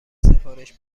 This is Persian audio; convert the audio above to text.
سفارش